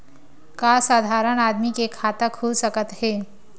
का साधारण आदमी के खाता खुल सकत हे?